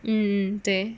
(m) 对